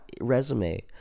resume